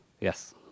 Yes